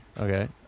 Okay